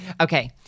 Okay